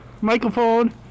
microphone